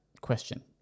question